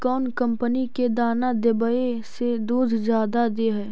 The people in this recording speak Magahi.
कौन कंपनी के दाना देबए से दुध जादा दे है?